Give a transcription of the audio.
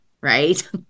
right